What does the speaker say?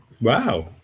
Wow